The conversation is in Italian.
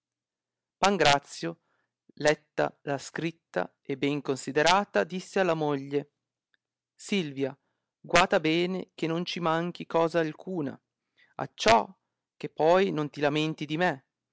pangrazio letta la scritta e ben considerata disse alla moglie silvia guata bene che non ci manchi cosa alcuna acciò che poi non ti lamenti di me